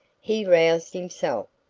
he roused himself.